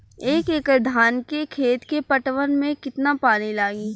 एक एकड़ धान के खेत के पटवन मे कितना पानी लागि?